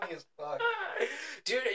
Dude